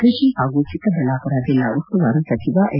ಕೃಷಿ ಹಾಗೂ ಚಿಕ್ಕಬಳ್ಳಾಪುರ ಜಿಲ್ಲಾ ಉಸ್ತುವಾರಿ ಸಚಿವ ಎನ್